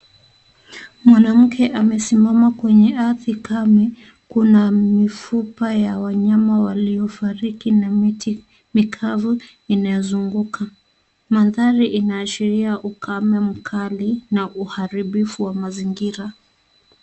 Mwanamke amesimama kwenye ardhi kama. Kuna mifupa ya wanyama waliofariki na miti mikavu inayozunguka. Maandhari inaashiria ukame mkali na uharibifu wa mazingira.